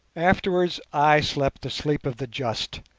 afterwards i slept the sleep of the just,